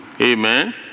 Amen